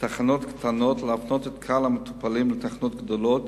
בתחנות קטנות ולהפנות את קהל המטופלים לתחנות גדולות